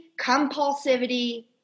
compulsivity